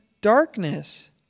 darkness